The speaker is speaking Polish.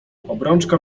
obrączka